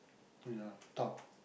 wait ah talk